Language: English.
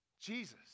Jesus